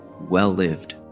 well-lived